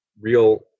real